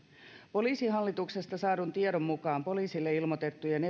poliisihallituksesta saadun tiedon mukaan epäiltyjen poliisille ilmoitettujen